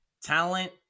Talent